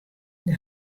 der